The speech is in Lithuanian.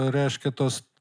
reiškia tos